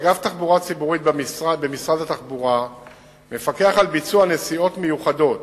3. אגף תחבורה ציבורית במשרד התחבורה מפקח על ביצוע נסיעות מיוחדות